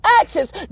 actions